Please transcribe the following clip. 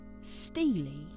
steely